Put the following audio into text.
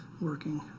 working